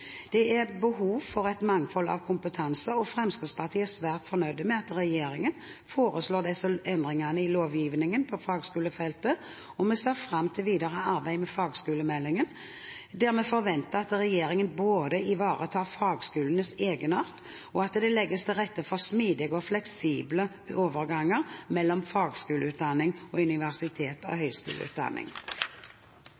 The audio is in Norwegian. Det er behov for et mangfold av kompetanse, og Fremskrittspartiet er svært fornøyd med at regjeringen foreslår disse endringene i lovgivningen på fagskolefeltet, og ser fram til videre arbeid med fagskolemeldingen, der vi både forventer at regjeringen ivaretar fagskolenes egenart, og at det legges til rette for smidige og fleksible overganger mellom fagskoleutdanning og universitets- og høyskoleutdanning. Fagskolene er en uvurderlig viktig del av